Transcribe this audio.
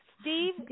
Steve